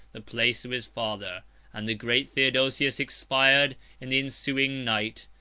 the place of his father and the great theodosius expired in the ensuing night.